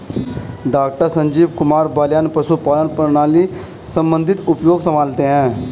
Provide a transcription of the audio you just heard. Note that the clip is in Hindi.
डॉक्टर संजीव कुमार बलियान पशुपालन प्रणाली संबंधित आयोग संभालते हैं